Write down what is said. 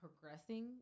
progressing